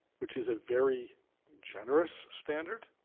which is a very generous standard.